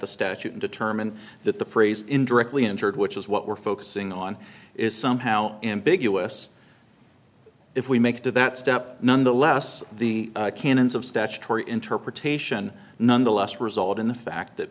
the statute and determine that the phrase indirectly injured which is what we're focusing on is somehow ambiguous if we make to that step nonetheless the canons of statutory interpretation nonetheless result in the fact that